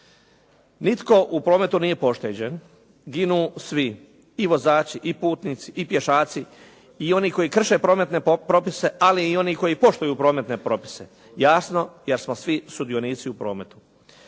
Nitko u prometu nije pošteđen, ginu svi i vozači i putnici i pješaci i oni koji krše prometne propise ali i oni koji poštuju prometne propise, jasno jer smo svi sudionici u prometu.